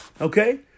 okay